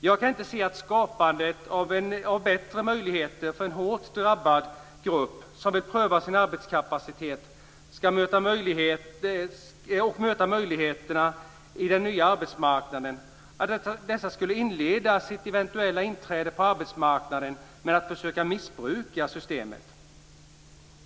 Jag kan inte se att skapandet av bättre möjligheter för en hårt drabbad grupp, som vill prova sin arbetskapacitet och möta möjligheterna på den nya arbetsmarknaden, skulle medföra att dessa personer inledde sitt eventuella inträde på arbetsmarknaden med att försöka missbruka systemet.